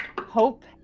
Hope